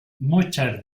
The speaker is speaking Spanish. muchas